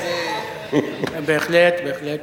בהחלט.